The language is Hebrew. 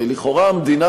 הרי לכאורה המדינה